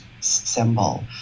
symbol